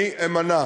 אני אמנע.